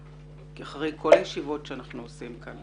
כי אחרי כל הישיבות שאנחנו עושים כאן